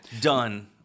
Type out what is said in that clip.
done